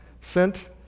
sent